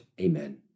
Amen